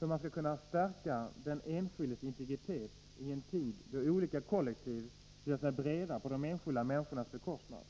hur man skall kunna stärka den enskildes integritet i en tid då olika kollektiv gör sig breda på de enskilda människornas bekostnad.